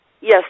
Yes